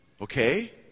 Okay